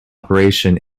operation